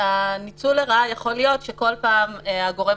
הניצול לרעה יכול להיות שכל פעם הגורם